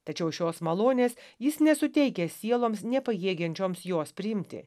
tačiau šios malonės jis nesuteikia sieloms nepajėgiančioms jos priimti